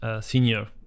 senior